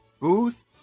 Booth